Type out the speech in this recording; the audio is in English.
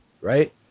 right